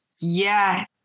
yes